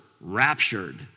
raptured